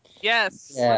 Yes